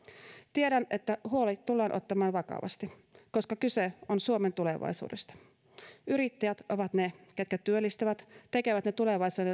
tiedän että huoli tullaan ottamaan vakavasti koska kyse on suomen tulevaisuudesta yrittäjät ovat ne jotka työllistävät tekevät ne tulevaisuuden